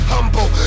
Humble